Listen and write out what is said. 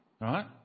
right